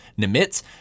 Nimitz